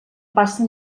passa